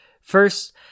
First